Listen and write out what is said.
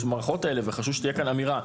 במערכות האלה וחשוב שתהיה כאן אמירה.